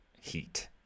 heat